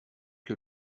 que